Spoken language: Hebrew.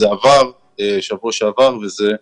זה עבר בשבוע שעבר וזה תקף.